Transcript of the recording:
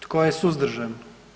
Tko je suzdržan?